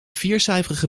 viercijferige